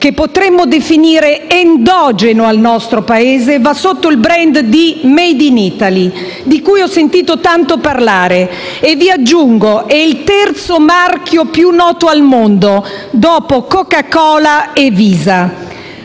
che potremmo definire "endogeno al nostro Paese" va sotto il *brand* del *made in Italy*, di cui ho sentito tanto parlare. Ed aggiungo che è il terzo marchio più noto al mondo dopo Coca-Cola e Visa.